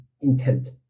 intent